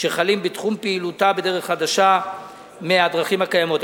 שחלים בתחום פעילותה בדרך חדשה מהדרכים הקיימות.